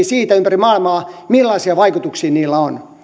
siitä ympäri maailmaa millaisia vaikutuksia niillä on